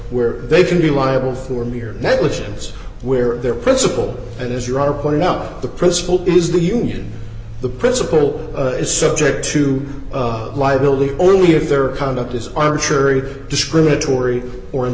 where they can be liable for mere negligence where their principal and as you are pointing out the principle is the union the principal is subject to liability only if their conduct is arbitrary discriminatory or